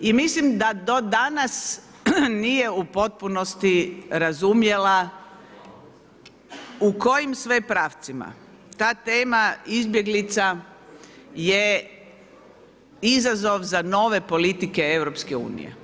I mislim da do danas nije u potpunosti razumjela u kojim sve pravcima ta tema izbjeglica je izazov za nove politike EU.